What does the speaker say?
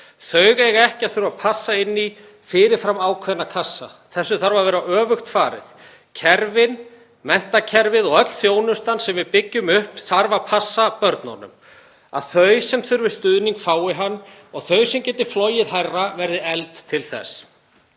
Þau eiga ekki að þurfa að passa inn í fyrir fram ákveðna kassa. Þessu þarf að vera öfugt farið; kerfin, menntakerfið og öll þjónustan sem við byggjum upp þarf að passa börnunum, að þau sem þurfa stuðning fái hann og þau sem geta flogið hærra verði efld til þess.